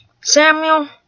Samuel